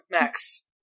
Max